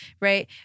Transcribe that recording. Right